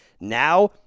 Now